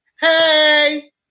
Hey